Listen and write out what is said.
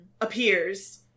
appears